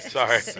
Sorry